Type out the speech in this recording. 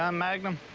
um magnum?